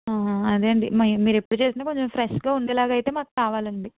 అదే అండి మా మీరు ఎప్పుడు చేసిన కొంచెం ఫ్రెష్గా ఉండేలాగా అయితే మాకు కావాలండి